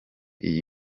iyi